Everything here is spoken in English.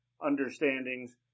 understandings